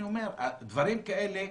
דברים כאלה,